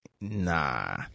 nah